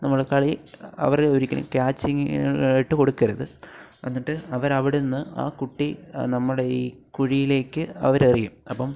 നമ്മൾ കളി അവർര് ഒരിക്കലും ക്യാച്ചി ഇട്ട് കൊടുക്കരുത് എന്നിട്ട് അവർ അവിടെ നിന്ന് ആ കുട്ടി നമ്മുടെ ഈ കുഴിയിലേക്ക് അവർ എറിയും അപ്പം